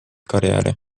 karjääri